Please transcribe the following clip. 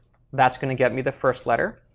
that's going to get me the first letter.